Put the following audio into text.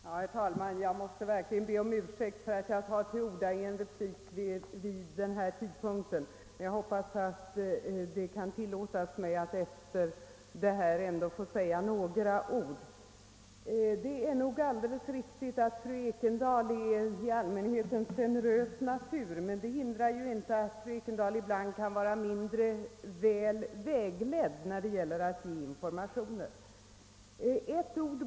Herr talman! Jag måste verkligen be om ursäkt för att jag tar till orda vid den här tidpunkten, men jag hoppas att det kan tillåtas mig att efter fru Ekendahls anförande ändå få säga några ord. Det är nog alldeles riktigt att fru Ekendahl i allmänhet är en generös natur, men det hindrar ju inte att hon ibland kan vara mindre väl vägledd i fråga om att ge informationer.